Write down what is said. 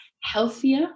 healthier